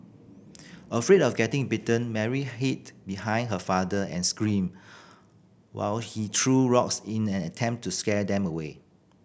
afraid of getting bitten Mary hid behind her father and screamed while he threw rocks in an attempt to scare them away